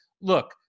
look